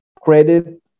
credit